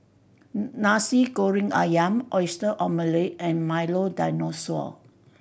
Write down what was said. eg Nasi Goreng Ayam Oyster Omelette and Milo Dinosaur